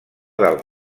del